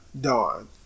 Dawn